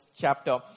chapter